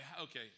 okay